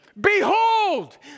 Behold